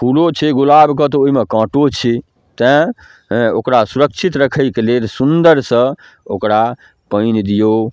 फूलो छै गुलाबके तऽ ओहिमे काँटो छै तेँ हेँ ओकरा सुरक्षित रखैके लेल सुन्दरसँ ओकरा पानि दिऔ